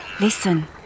Listen